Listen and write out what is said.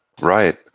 Right